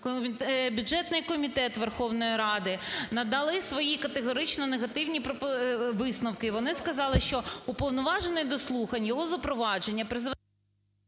бюджетний комітет Верховної Ради надали свої категорично негативні висновки. Вони сказали, що уповноважений зі слухань, його запровадження… ГОЛОВУЮЧИЙ.